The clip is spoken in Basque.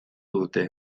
dute